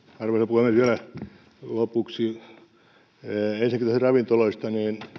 puhemies vielä lopuksi helsinkiläisistä ravintoloista